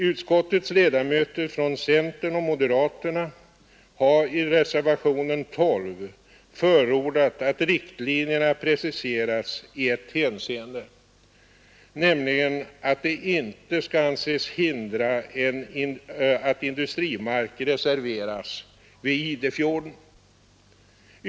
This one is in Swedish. Utskottets ledamöter från centern och moderata samlingspartiet har i reservationen 12 förordat att riktlinjerna preciseras i ett hänseende, nämligen att de inte skall anses hindra att industrimark reserveras vid Idefjorden.